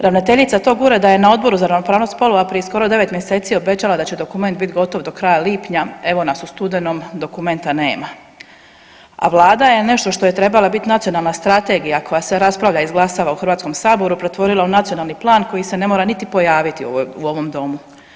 Ravnateljica tog ureda je na Odboru za ravnopravnost spolova prije skoro devet mjeseci obećala da će dokument bit gotovo do kraja lipnja, evo nas u studenom dokumenta nema, a Vlada je nešto što je trebala biti nacionalna strategija koja se raspravlja i izglasava u HS-u pretvorila u nacionalni plan koji se ne mora niti pojaviti u ovom domu.